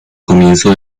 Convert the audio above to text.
comienzo